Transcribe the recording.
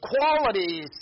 qualities